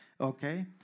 Okay